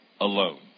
alone